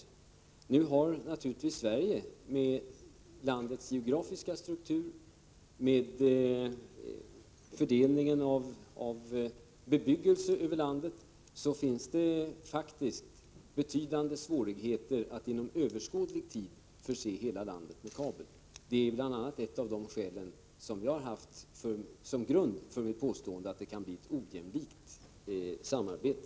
Naturligtvis är det så, att Sverige med sin geografiska struktur, med nuvarande fördelning av bebyggelse över landet, faktiskt har betydande svårigheter att inom en överskådlig tid förse hela landet med kabel. Det är ett av de skäl som jag har haft som grund för mitt påstående att det kan bli ett ojämlikt samarbete.